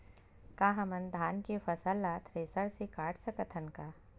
का हमन धान के फसल ला थ्रेसर से काट सकथन का?